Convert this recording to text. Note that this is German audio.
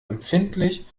empfindlich